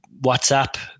whatsapp